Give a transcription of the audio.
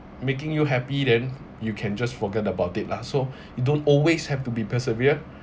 making you happy then you can just forget about it lah so you don't always have to be persevere